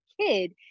kid